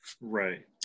right